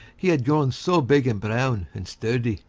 he had grown so big and brown and sturdy.